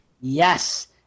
Yes